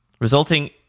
resulting